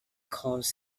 calls